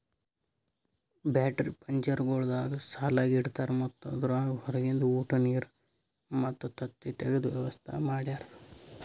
battery ಪಂಜರಗೊಳ್ದಾಗ್ ಸಾಲಾಗಿ ಇಡ್ತಾರ್ ಮತ್ತ ಅದುರಾಗ್ ಹೊರಗಿಂದ ಉಟ, ನೀರ್ ಮತ್ತ ತತ್ತಿ ತೆಗೆದ ವ್ಯವಸ್ತಾ ಮಾಡ್ಯಾರ